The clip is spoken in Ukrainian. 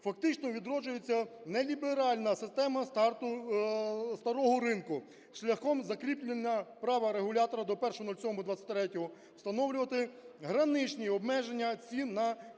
Фактично, відроджується неліберальна система старого ринку шляхом закріплення права регулятора до 01.07.2023 встановлювати граничні обмеження цін на